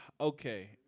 okay